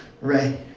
Right